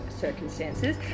circumstances